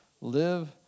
live